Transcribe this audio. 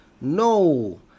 no